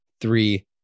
Three